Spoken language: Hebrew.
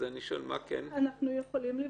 אנחנו יכולים לבחון,